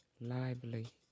lively